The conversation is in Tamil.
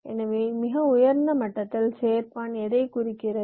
எனவே மிக உயர்ந்த மட்டத்தில் சேர்ப்பான் எதை குறிக்கிறது